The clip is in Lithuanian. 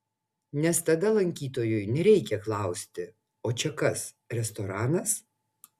nes tada lankytojui nereikia klausti o čia kas restoranas